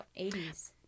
80s